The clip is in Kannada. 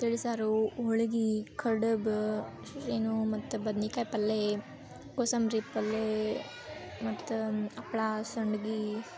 ತಿಳಿಸಾರು ಹೋಳ್ಗೆ ಕಡುಬು ಏನು ಮತ್ತು ಬದ್ನಿಕಾಯಿ ಪಲ್ಯ ಕೋಸಂಬರಿ ಪಲ್ಯ ಮತ್ತು ಹಪ್ಳ ಸಂಡ್ಗೆ